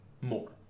more